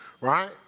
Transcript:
right